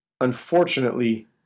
Unfortunately